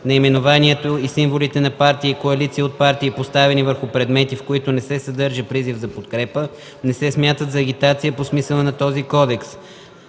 Наименованието и символите на партия и коалиция от партии, поставени върху предмети, в които не се съдържа призив за подкрепа, не се смятат за агитация по смисъла на този кодекс.